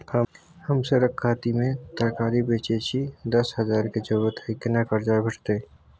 हम सरक कातिक में तरकारी बेचै छी, दस हजार के जरूरत हय केना कर्जा भेटतै?